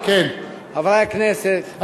חברי הכנסת,